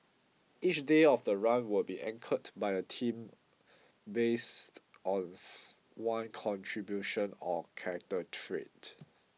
each day of the run will be anchored by a theme based of one contribution or character trait